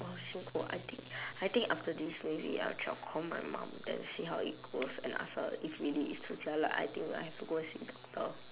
oh so cold I think I think after this maybe I'll try call my mum and see how it goes and ask her if really is too jialat I think I have to go and see doctor